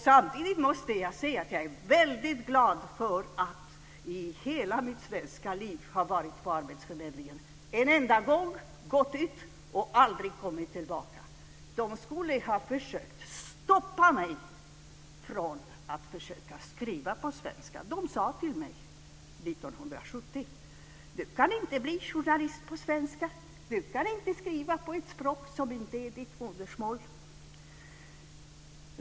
Samtidigt måste jag säga att jag är väldigt glad för att i hela mitt svenska liv ha varit på arbetsförmedlingen en enda gång, gått ut och aldrig kommit tillbaka. Man skulle ha försökt att stoppa mig från att försöka skriva på svenska. Man sade till mig år 1970: Du kan inte bli journalist på svenska. Du kan inte skriva på ett språk som inte är ditt modersmål.